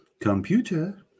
Computer